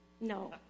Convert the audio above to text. No